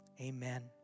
amen